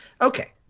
Okay